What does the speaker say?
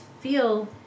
feel